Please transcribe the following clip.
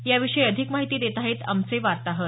याविषयी अधिक माहिती देत आहेत आमचे वार्ताहर